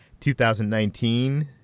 2019